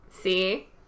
See